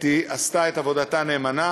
אתי, עשתה את עבודתה נאמנה,